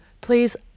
Please